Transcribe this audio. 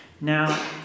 Now